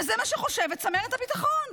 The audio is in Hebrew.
וזה מה שחושבת צמרת הביטחון,